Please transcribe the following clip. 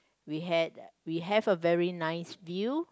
we had we have a very nice view